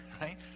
right